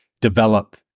develop